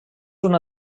una